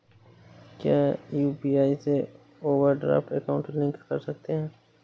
क्या यू.पी.आई से overdraft account link कर सकते हैं?